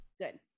Good